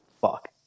Fuck